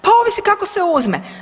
Pa ovisi kako se uzme.